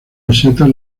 mesetas